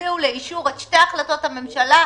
ותביאו לאישור את שתי החלטות הממשלה,